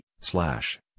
slash